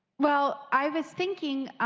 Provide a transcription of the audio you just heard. well i was thinking